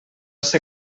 ser